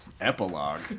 Epilogue